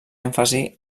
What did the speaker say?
èmfasi